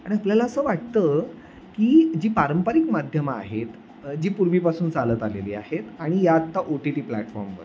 आणि आपल्याला असं वाटतं की जी पारंपरिक माध्यमं आहेत जी पूर्वीपासून चालत आलेली आहेत आणि या आत्ता ओ टी टी प्लॅटफॉर्मवर